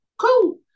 Cool